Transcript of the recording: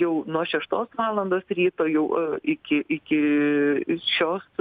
jau nuo šeštos valandos ryto jau iki iki šios